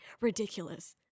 ridiculous